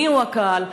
מיהו הקהל.